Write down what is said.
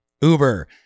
Uber